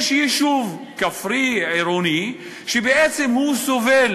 יש יישוב כפרי או עירוני שבעצם סובל